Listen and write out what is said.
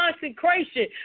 consecration